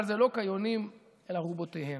אבל זה לא "כיונים אל ארבתיהם".